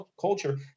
culture